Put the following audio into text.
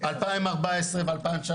2014 ו- 2019